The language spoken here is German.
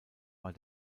war